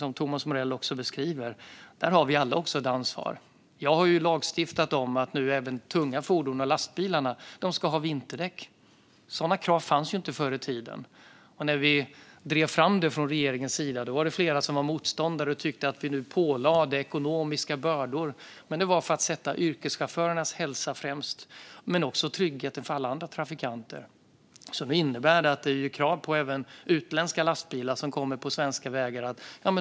Vi har också alla, som Thomas Morell beskriver, ett ansvar. Jag har lagstiftat om att nu ska även de tunga fordonen och lastbilarna ha vinterdäck. Sådana krav fanns inte förr i tiden. När vi drev fram det från regeringens sida vad det flera som var motståndare. De tyckte att vi nu lade på ekonomiska bördor. Det var för att sätta yrkeschaufförernas hälsa främst men också tryggheten för alla andra trafikanter. Det innebär att det är krav även på utländska lastbilar som kommer på svenska vägar.